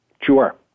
Sure